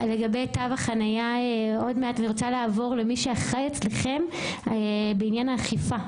אני רוצה לעבור למי שאחראי אצלכם על עניין האכיפה.